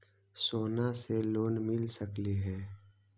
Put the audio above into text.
सोना से लोन मिल सकली हे?